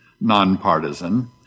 nonpartisan